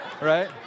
Right